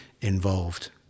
involved